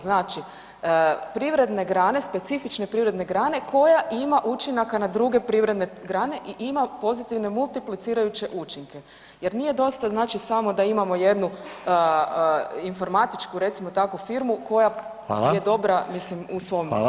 Znači, privredne grane, specifične privredne grane koja ima učinaka na druge privredne grane i ima pozitivne multiplicirajuće učinke jer nije dosta znači samo da imamo jednu informatičku, recimo tako, firmu koja [[Upadica: Hvala]] je dobra, mislim [[Upadica: Hvala]] u svom području.